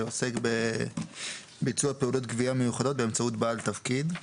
שעוסק בביצוע פעולות גבייה מיוחדות באמצעות בעל תפקיד.